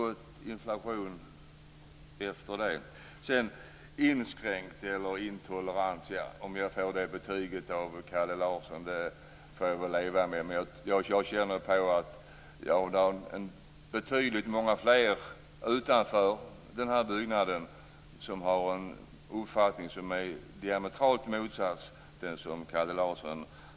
Om jag får betyget inskränkt och intolerant av Kalle Larsson får jag väl leva med det. Men jag känner på mig att det är betydligt många fler utanför den här byggnaden som har en diametralt motsatt uppfattning.